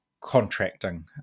contracting